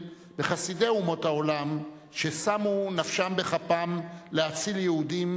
בחסידי אומות העולם ששמו נפשם בכפם להציל יהודים,